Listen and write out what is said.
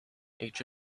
each